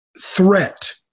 threat